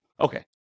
Okay